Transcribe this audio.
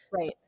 right